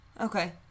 Okay